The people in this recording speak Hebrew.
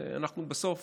אנחנו בסוף